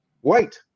white